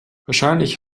wahrscheinlich